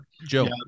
Joe